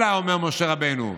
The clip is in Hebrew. אלא, אומר משה רבנו: